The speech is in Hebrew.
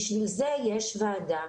בשביל זה יש ועדה,